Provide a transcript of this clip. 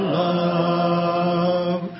love